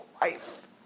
life